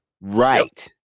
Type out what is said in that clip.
right